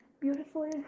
beautiful